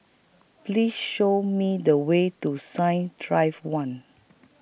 Please Show Me The Way to Science Drive one